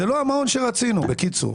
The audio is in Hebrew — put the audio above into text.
זה לא המעון שרצינו, בקיצור.